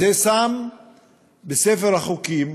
זה שׂם בספר החוקים